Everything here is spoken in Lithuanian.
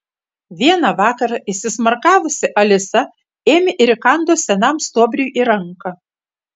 vieną vakarą įsismarkavusi alisa ėmė ir įkando senam stuobriui į ranką